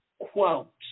quote